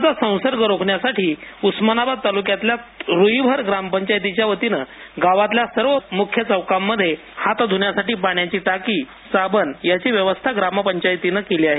corona चा संसर्ग रोखण्यासाठी उस्मानाबाद तालक्यातील रुईभर ग्रामपंचायतीच्या वतीनं गावातल्या सर्व मुख्य चौकांमध्ये हात धृण्यासाठी पाण्याची टाकी साबण याची व्यवस्था करण्यात आली आहे